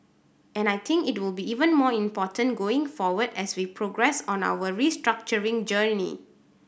and I think it will be even more important going forward as we progress on our restructuring journey